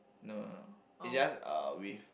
no no no it's just uh with